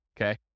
okay